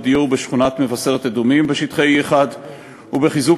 דיור בשכונת מבשרת-אדומים בשטחי E1 ובחיזוק